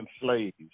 slaves